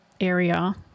area